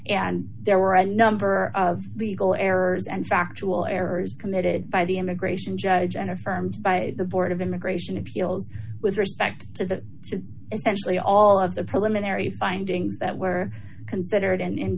and there were a number of legal errors and factual errors committed by the immigration judge and affirmed by the board of immigration appeals with respect to that essentially all of the preliminary findings that were considered and